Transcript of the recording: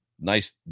nice